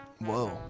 Whoa